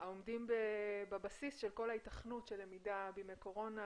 העומדים בבסיסי של כל ההיתכנות של למידה בימי קורונה,